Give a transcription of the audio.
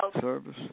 service